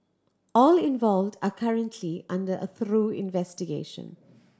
all involved are currently under a through investigation